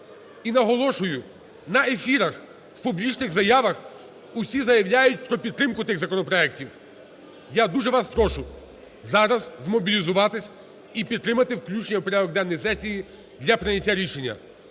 І наголошую, на ефірах, в публічних заявах усі заявлять про підтримку тих законопроектів. Я дуже вас прошу зараз змобілізуватися і підтримати включення в порядок денний сесії для прийняття рішення.